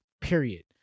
period